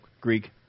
Greek